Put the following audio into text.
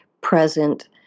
present